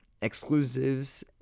exclusives